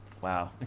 wow